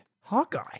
Hawkeye